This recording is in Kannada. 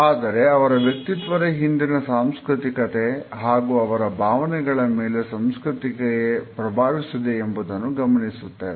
ಆದರೆ ಅವರ ವ್ಯಕ್ತಿತ್ವದ ಹಿಂದಿನ ಸಾಂಸ್ಕೃತಿಕತೆ ಹಾಗೂ ಅವರ ಭಾವನೆಗಳ ಮೇಲೆ ಸಂಸ್ಕೃತಿಗೆ ಪ್ರಭಾವಿಸಿದೆ ಎಂಬುದನ್ನು ಗಮನಿಸುತ್ತೇವೆ